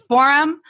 Forum